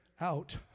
out